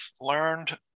learned